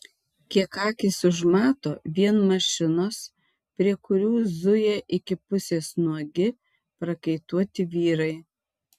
kiek akys užmato vien mašinos prie kurių zuja iki pusės nuogi prakaituoti vyrai